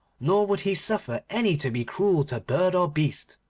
nor would he suffer any to be cruel to bird or beast,